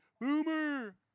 boomer